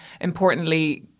importantly